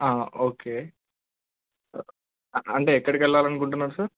okay అంటే ఎక్కడికి వెళ్ళాలని అనుకుంటున్నారు సార్